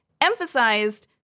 emphasized